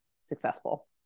successful